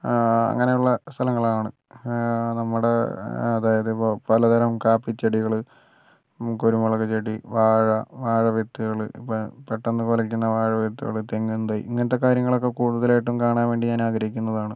അങ്ങനെ ഉള്ള സ്ഥലങ്ങളാണ് നമ്മുടെ അതായത് ഇപ്പം പലതരം കാപ്പി ചെടികൾ കുരുമുളക് ചെടി വാഴ വാഴ വിത്തുകൾ ഇപ്പം പെട്ടെന്ന് മുളക്കുന്ന വിത്തുകൾ തെങ്ങുംതൈ ഇങ്ങനത്തെ കാര്യങ്ങളൊക്കെ കൂടുതലായിട്ട് കാണാൻ വേണ്ടി ഞാൻ ആഗ്രഹിക്കുന്നതാണ്